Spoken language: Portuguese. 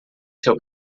seu